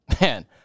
Man